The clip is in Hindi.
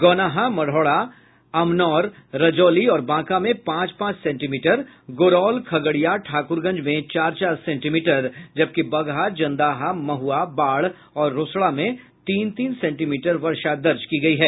गौनाहा मढ़ौरा अमनौर रजौली और बांका में पांच पांच सेंटीमीटर गोरौल खगड़िया ठाकुरगंज में चार चार सेंटीमीटर जबकि बगहा जनदाहा महुआ बाढ़ और रोसड़ा में तीन तीन सेंटीमीटर वर्षा दर्ज की गयी है